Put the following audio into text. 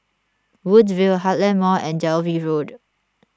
Woodville Heartland Mall and Dalvey Road